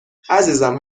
عزیزم